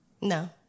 No